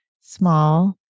small